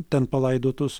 ten palaidotus